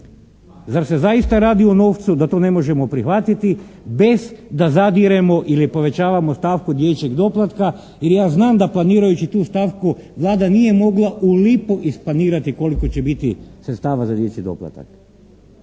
Zar se zaista radi o novcu da to ne možemo prihvatiti bez da zadiremo ili povećavamo stavku dječjeg doplatka jer ja znam da planirajući tu stavku Vlada nije mogla u lipu isplanirati koliko će biti sredstava za dječji doplatak.